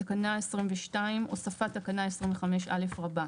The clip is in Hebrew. תקנה 22. הוספת תקנה 25א רבה.